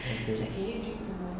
apa dia cakap